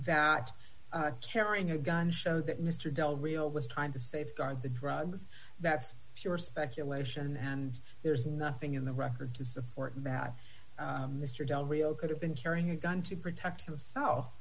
that carrying a gun show that mr del rio was trying to safeguard the drugs that's for sure speculation and there's nothing in the record to support that mr del rio could have been carrying a gun to protect himself